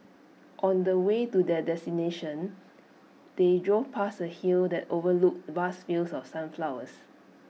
on the way to their destination they drove past A hill that overlooked vast fields of sunflowers